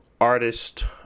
artist